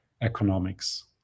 economics